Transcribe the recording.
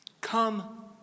Come